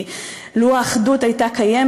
כי לו הייתה האחדות קיימת,